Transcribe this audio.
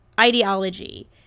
ideology